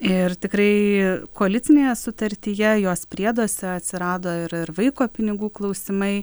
ir tikrai koalicinėje sutartyje jos prieduose atsirado ir ir vaiko pinigų klausimai